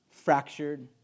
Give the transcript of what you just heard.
fractured